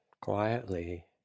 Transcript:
quietly